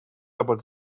about